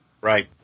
Right